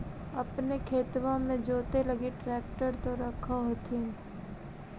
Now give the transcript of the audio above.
अपने खेतबा मे जोते लगी ट्रेक्टर तो रख होथिन?